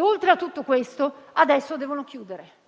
Oltre a tutto questo, adesso devono chiudere.